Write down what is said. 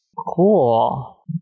Cool